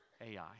Ai